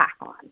on